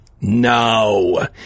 No